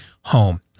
home